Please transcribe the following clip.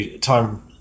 time